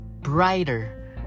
brighter